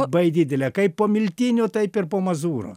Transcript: labai didelė kaipo miltinio taip ir po mazūro